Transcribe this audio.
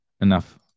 enough